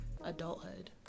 adulthood